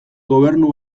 gobernu